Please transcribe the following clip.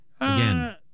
Again